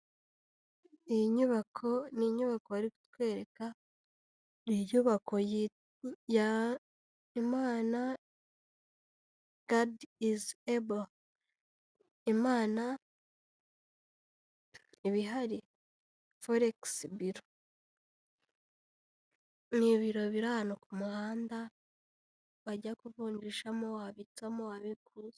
Iyi nyubako ni inyubako bari kutwereka, ni inyubako ya Imana, God izi ebo, Imana iba ihari foregisi biro, ni ibiro biri ahantu ku muhanda bajya kuvunjirizamo, wabitsamo, wwabikurizamo.